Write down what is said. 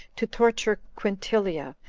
to torture quintilia,